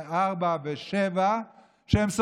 ארבעה ושישה ושבעה מנדטים?